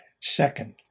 Second